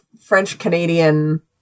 French-Canadian